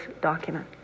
document